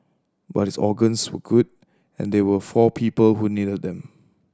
but his organs were good and there were four people who needed them